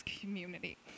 community